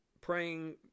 praying